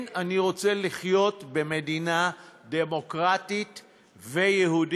כן, אני רוצה לחיות במדינה דמוקרטית ויהודית,